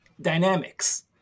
dynamics